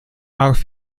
auch